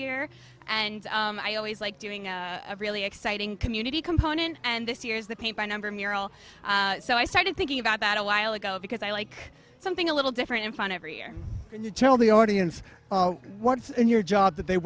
year and i always like doing a really exciting community component and this year's the paint by number mural so i started thinking about that a while ago because i like something a little different and fun every year to tell the audience what's in your job that they